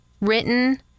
written